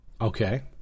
Okay